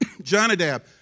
Jonadab